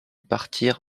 partir